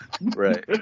Right